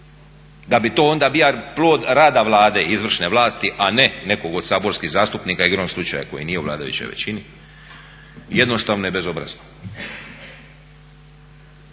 da bi to onda bio plod rada Vlade, izvršne vlasti a ne nekog od saborskih zastupnik igrom slučaja koji nije u vladajućoj većini jednostavno je bezobrazno.